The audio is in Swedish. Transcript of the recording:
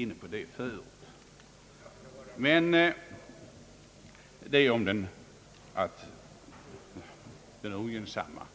I propositionen talas om den ogynnsamma